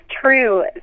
true